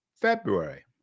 February